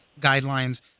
guidelines